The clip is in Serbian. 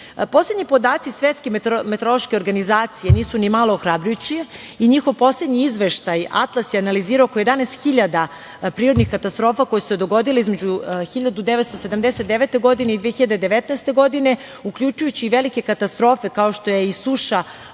resursa. Poslednji podaci Svetske meteorološke organizacije nisu ni malo ohrabrujući i njihov poslednji izveštaj Atlas je analizirao oko 11 hiljada prirodnih katastrofa koje su se dogodile između 1979. godine i 2019. godine, uključujući i velike katastrofe kao što je i suša